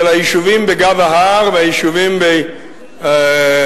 היישובים בגב ההר והיישובים בהר-חברון,